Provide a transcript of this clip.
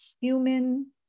human